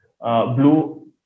blue